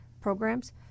programs